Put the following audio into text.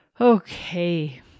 Okay